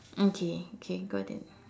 okay okay got it